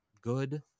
good